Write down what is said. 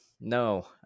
No